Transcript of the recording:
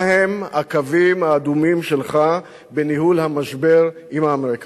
מה הם הקווים האדומים שלך בניהול המשבר עם האמריקנים,